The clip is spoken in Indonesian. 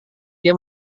dia